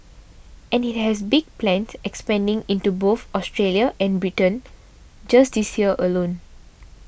and it has big plans expanding into both Australia and Britain just this year alone